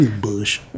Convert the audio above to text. Bush